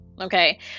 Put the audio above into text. Okay